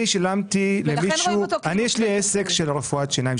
אני יש לי עסק של רפואת שיניים,